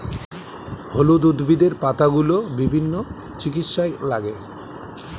হলুদ উদ্ভিদের পাতাগুলো বিভিন্ন চিকিৎসায় লাগে